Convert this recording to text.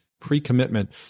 pre-commitment